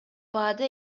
баада